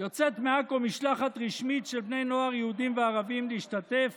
יוצאת מעכו משלחת רשמית של בני נוער יהודים וערבים להשתתף